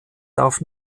darf